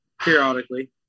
periodically